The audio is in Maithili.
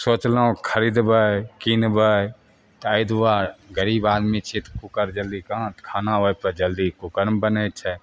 सोचलहुँ खरिदबै किनबै तऽ एहि दुआरे गरीब आदमी छिए तऽ कुकर जल्दी कहाँसे खाना ओहिपर जल्दी कुकरमे बनै छै